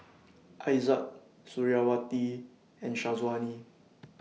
Aizat Suriawati and Syazwani